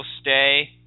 stay